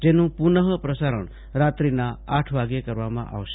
જેનું પુનઃ પ્રસારણ રાત્રિના આઠ વાગ્યે કરવામાં આવશે